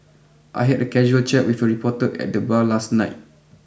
I had a casual chat with a reporter at the bar last night